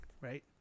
right